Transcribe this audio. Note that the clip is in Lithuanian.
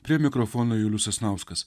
prie mikrofono julius sasnauskas